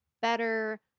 better